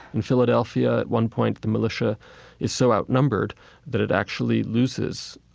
in philadelphia at one point, the militia is so outnumbered that it actually loses,